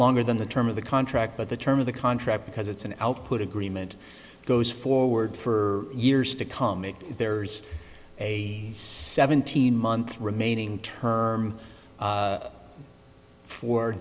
longer than the term of the contract but the term of the contract because it's an output agreement goes forward for years to come it there's a seventeen month remaining term